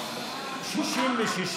התשע"ט 2019, לוועדה המיוחדת נתקבלה.